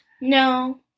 No